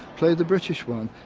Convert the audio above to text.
play the british one?